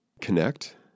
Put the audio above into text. connect